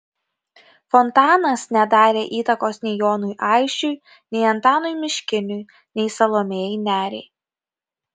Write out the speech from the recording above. fontanas nedarė įtakos nei jonui aisčiui nei antanui miškiniui nei salomėjai nėriai